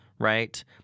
Right